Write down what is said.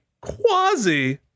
quasi